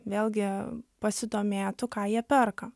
vėlgi pasidomėtų ką jie perka